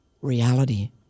reality